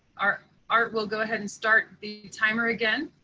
art art will go ahead and start the timer again.